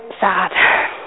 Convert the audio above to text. sad